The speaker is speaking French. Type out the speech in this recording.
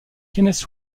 kenneth